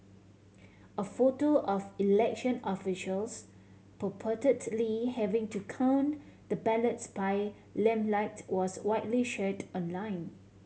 a photo of election officials purportedly having to count the ballots by lamplight was widely shared online